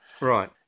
Right